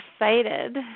excited